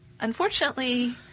unfortunately